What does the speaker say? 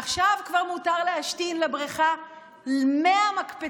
עכשיו כבר מותר להשתין לבריכה מהמקפצה.